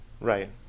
Right